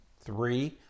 Three